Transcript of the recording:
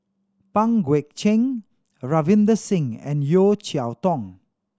Pang Guek Cheng Ravinder Singh and Yeo Cheow Tong